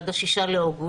עד ה-6 באוגוסט.